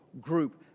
group